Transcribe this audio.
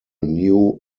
new